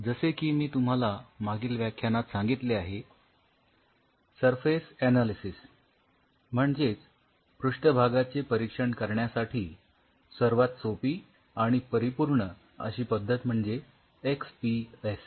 जसे की मी तुम्हाला मागील व्याख्यानात सांगितले आहे सरफेस ऍनालिसिस म्हणजेच पृष्ठभागाचे परीक्षण करण्यासाठी सर्वात सोपी आणि परिपूर्ण अशी पद्धत म्हणजे एक्स पी एस